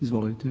Izvolite.